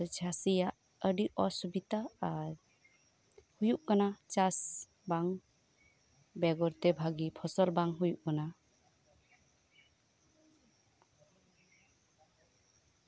ᱟᱫᱚ ᱪᱟᱥᱤᱭᱟᱜ ᱟᱹᱰᱤ ᱚᱥᱩᱵᱤᱛᱟ ᱦᱩᱭᱩᱜ ᱠᱟᱱᱟ ᱟᱨ ᱪᱟᱥ ᱵᱟᱝ ᱵᱮᱜᱚᱨ ᱛᱮ ᱯᱷᱚᱥᱚᱞ ᱵᱟᱝ ᱦᱩᱭᱩᱜ ᱠᱟᱱᱟ